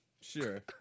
sure